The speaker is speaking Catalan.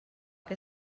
que